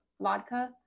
vodka